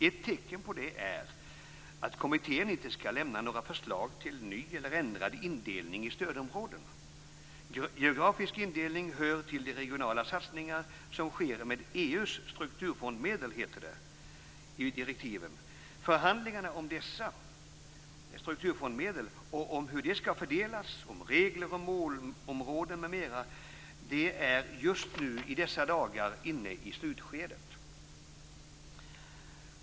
Ett tecken på det är att kommittén inte skall lämna några förslag till ny eller ändrad indelning i stödområden. Geografisk indelning hör till de regionala satsningar som sker med EU:s strukturfondsmedel, heter det i direktiven. Förhandlingarna om dessa strukturfondsmedel, om hur de skall fördelas, om regler och målområden m.m. är just i dessa dagar inne i slutskedet.